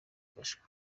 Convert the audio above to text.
ifashwe